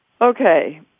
Okay